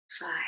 five